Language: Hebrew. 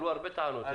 עלו הרבה טענות.